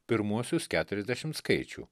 pirmuosius keturiasdešimt skaičių